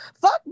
Fuck